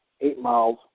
eight-miles